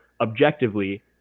objectively